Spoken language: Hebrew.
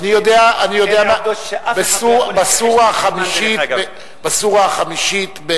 אני יודע שבסורה החמישית,